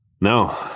No